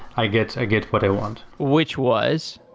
i get get what i want. which was?